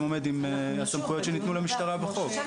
עומד עם הסמכויות שניתנו למשטרה בחוק?